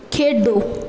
ਖੇਡੋ